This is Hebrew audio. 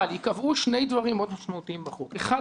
אבל ייקבעו שני דברים מאוד משמעותיים בחוק: אחד,